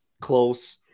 Close